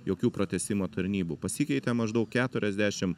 jokių pratęsimo tarnybų pasikeitė maždaug keturiasdešim